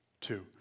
two